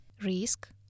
Risk